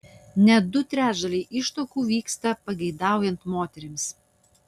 net du trečdaliai ištuokų vyksta pageidaujant moterims